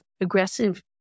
aggressive